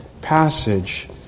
passage